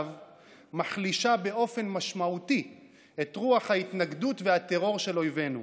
מחלישה באופן משמעותי את רוח ההתנגדות והטרור של אויבינו.